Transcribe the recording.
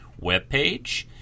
webpage